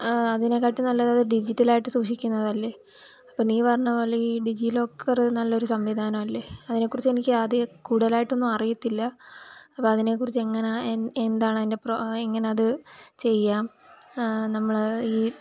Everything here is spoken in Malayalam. അതിനെ കാട്ടിൽ നല്ലതത് ഡിജിറ്റലായിട്ട് സൂക്ഷിക്കുന്നതല്ലേ അപ്പോൾ നീ പറഞ്ഞ പോലെയീ ഡിജീലോക്കറ് നല്ലൊരു സംവിധാനമല്ലേ അതിനെക്കുറിച്ച് എനിക്ക് ആദ്യം കൂടുതലായിട്ടൊന്നും അറിയത്തില്ല അപ്പോൾ അതിനെക്കുറിച്ച് എങ്ങനാണ് എന്താണ് അതിന് പ്രോസ എങ്ങനെ അത് ചെയ്യാം നമ്മളെ ഈ